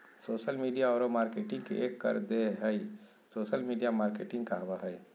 social media औरो marketing के एक कर देह हइ सोशल मिडिया मार्केटिंग कहाबय हइ